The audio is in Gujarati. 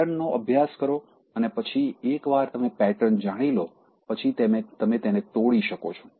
પેટર્ન નો અભ્યાસ કરો અને પછી એકવાર તમે પેટર્ન જાણી લો પછી તમે તેને તોડી શકો છો